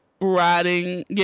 riding